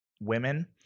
women